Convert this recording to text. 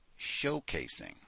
showcasing